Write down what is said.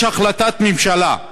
יש החלטת ממשלה,